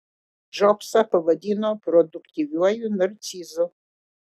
džobsą pavadino produktyviuoju narcizu